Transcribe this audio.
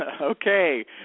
Okay